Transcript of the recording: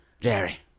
Jerry